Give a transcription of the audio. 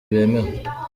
bemewe